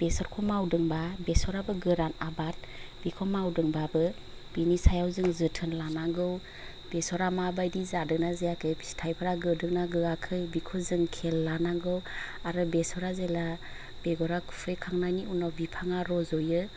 बेसरखौ मावदोंबा बेसराबो गोरान आबाद बिखौ मावदोंबाबो बिनि सायाव जोङो जोथोन लानांगौ बेसरा माबायदि जादोंना जायाखै फिथाइफ्रा गोदोंना गोआखै बिखौ जों खेल लानांगौ आरो बेसरा जेला बेगरा खुयखांनायनि उनाव बिफाङा रज'यो